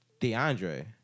DeAndre